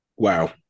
wow